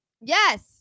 Yes